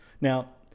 Now